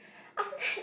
after that